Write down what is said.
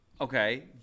Okay